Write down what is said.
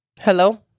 hello